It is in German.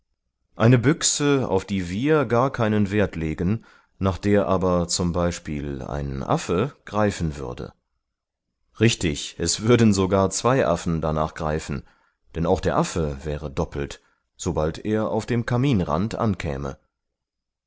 eine büchse auf die wir gar keinen wert legen nach der aber zum beispiel ein affe greifen würde richtig es würden sogar zwei affen danach greifen denn auch der affe wäre doppelt sobald er auf dem kaminrand ankäme